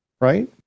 right